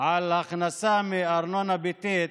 נשענות על הכנסה מארנונה ביתית,